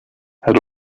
had